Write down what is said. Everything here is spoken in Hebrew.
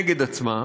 נגד עצמה,